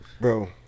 Bro